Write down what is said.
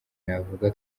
navuga